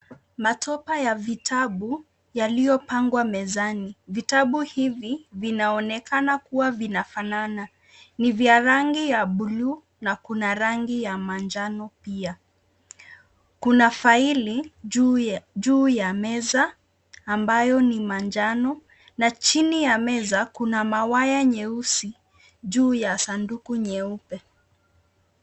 Matopa ya vitabu yaliyopangwa mezani. Vitabu hivii vinaonekana kua vinafanana. Ni vya rangi ya bluu na kuna rangi ya manjano pia. Kuna faili juu ya meza ambayo ni manjano na chini ya meza kuna mawayaa nyeusi juu ya sanduku nyeupe.